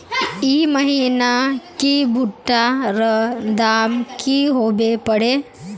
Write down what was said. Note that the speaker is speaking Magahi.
ई महीना की भुट्टा र दाम की होबे परे?